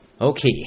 Okay